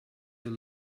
your